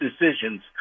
decisions